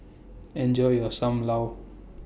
Enjoy your SAM Lau